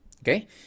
okay